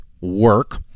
work